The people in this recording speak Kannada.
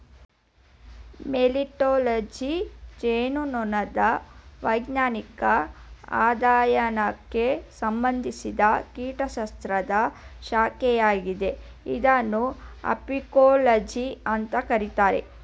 ಮೆಲಿಟ್ಟಾಲಜಿ ಜೇನುನೊಣದ ವೈಜ್ಞಾನಿಕ ಅಧ್ಯಯನಕ್ಕೆ ಸಂಬಂಧಿಸಿದ ಕೀಟಶಾಸ್ತ್ರದ ಶಾಖೆಯಾಗಿದೆ ಇದನ್ನು ಅಪಿಕೋಲಜಿ ಅಂತ ಕರೀತಾರೆ